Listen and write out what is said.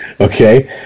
Okay